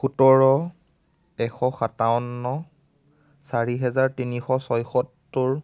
সোতৰ এশ সাতাৱন্ন চাৰি হেজাৰ তিনিশ ছয়সত্তৰ